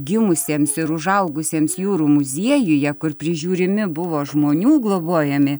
gimusiems ir užaugusiems jūrų muziejuje kur prižiūrimi buvo žmonių globojami